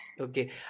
Okay